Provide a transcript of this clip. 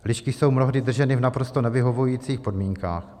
Lišky jsou mnohdy drženy v naprosto nevyhovujících podmínkách.